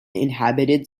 inhabited